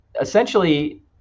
Essentially